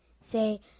say